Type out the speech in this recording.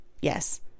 Yes